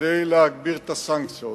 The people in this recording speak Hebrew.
כדי להגביר את הסנקציות,